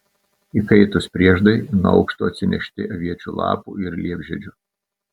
įkaitus prieždai nuo aukšto atsinešti aviečių lapų ir liepžiedžių